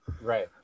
Right